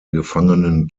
gefangenen